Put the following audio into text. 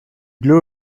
blu